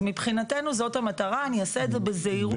אז מבחינתנו זאת המטרה, אעשה את זה בזהירות.